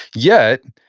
yet,